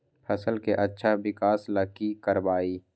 फसल के अच्छा विकास ला की करवाई?